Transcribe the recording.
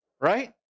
right